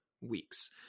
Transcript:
weeks